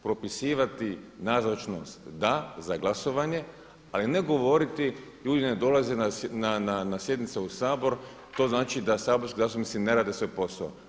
Propisivati nazočnost da, za glasovanje, ali ne govoriti ljudi ne dolaze na sjednice u Sabor, to znači da saborski zastupnici ne rade svoj posao.